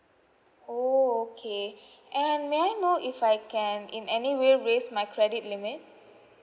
orh okay and may I know if I can in any will raise my credit limit